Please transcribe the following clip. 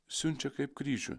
siunčia kaip kryžių